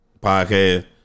Podcast